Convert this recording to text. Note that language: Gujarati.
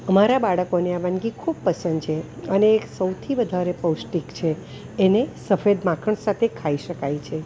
અમારા બાળકોને આ વાનગી ખૂબ પસંદ છે અને સૌથી વધારે પૌષ્ટિક છે એને સફેદ માખણ સાથે ખાઈ શકાય છે